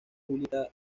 julieta